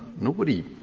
nobody